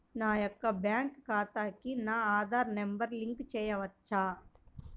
నా యొక్క బ్యాంక్ ఖాతాకి నా ఆధార్ నంబర్ లింక్ చేయవచ్చా?